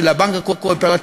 של הבנק הקואופרטיבי,